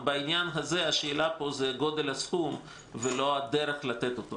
בעניין הזה השאלה היא גודל הסכום ולא הדרך לתת אותו.